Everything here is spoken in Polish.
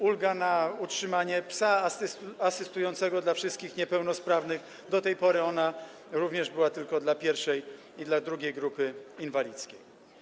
Ulga na utrzymanie psa asystującego dla wszystkich niepełnosprawnych - do tej pory ona również była tylko dla I i II grupy inwalidzkiej.